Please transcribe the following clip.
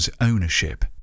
ownership